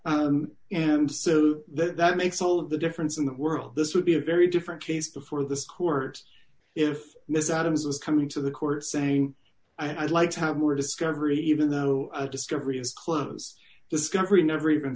discovery and so that that makes all the difference in the world this would be a very different case before the court if miss adams was coming to the court saying i'd like to have more discovery even though a discovery is close discovery never even